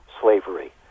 slavery